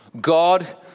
God